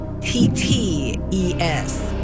T-T-E-S